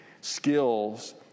skills